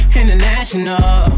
international